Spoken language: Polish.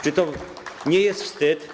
Czy to nie jest wstyd?